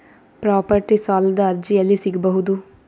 Property ಸಾಲದ ಅರ್ಜಿ ಎಲ್ಲಿ ಸಿಗಬಹುದು?